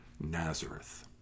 Nazareth